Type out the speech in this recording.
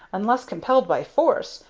unless compelled by force,